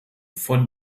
von